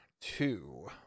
two